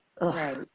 Right